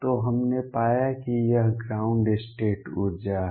तो हमने पाया कि यह ग्राउंड स्टेट ऊर्जा है